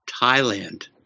Thailand